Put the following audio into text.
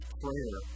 prayer